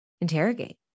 interrogate